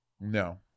No